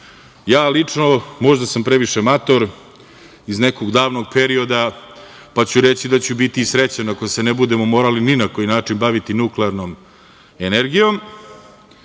Lično, možda sam previše mator, iz nekog davnog perioda, pa ću reći da ću biti srećan ako se ne budemo morali ni na koji način baviti nuklearnom energijom. Ono